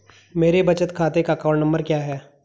मेरे बचत खाते का अकाउंट नंबर क्या है?